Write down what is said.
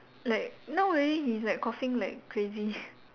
like now already he's like coughing like crazy